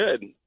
good